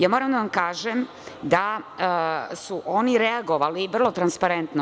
Ja moram da vam kažem da su oni reagovali vrlo transparentno.